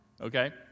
okay